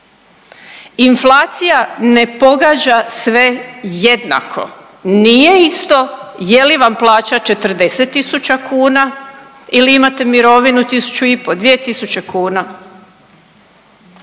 Inflacija ne pogađa sve jednako. Nije isto je li vam plaća 40000 kuna ili imate mirovinu 1000 i pol, 2000 kuna.